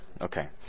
okay